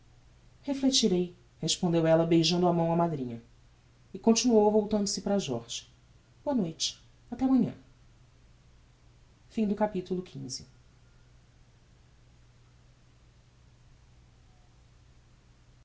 reflectirei respondeu ella beijando a mão a madrinha e continuou voltando-se para jorge boa noite até amanhã xvi a